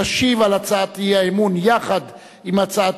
השרה תשיב על הצעת האי-אמון יחד עם הצעת